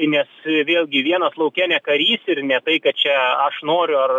nes vėlgi vienas lauke ne karys ir ne tai kad čia aš noriu ar